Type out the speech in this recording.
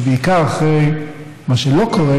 בעיקר אחרי מה שלא קורה,